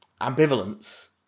Ambivalence